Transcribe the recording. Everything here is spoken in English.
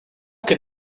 can